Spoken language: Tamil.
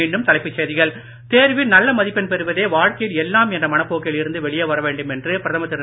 மீண்டும் தலைப்புச் செய்திகள் தேர்வில் நல்ல மதிப்பெண் பெறுவதே வாழ்க்கையில் எல்லாம் என்ற மனப்போக்கில் இருந்து வெளியே வரவேண்டும் என்று பிரதமர் திரு